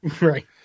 Right